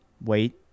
Wait